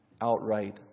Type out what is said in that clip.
outright